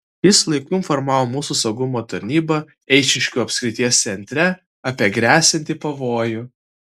jis laiku informavo mūsų saugumo tarnybą eišiškių apskrities centre apie gresianti pavojų